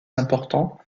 important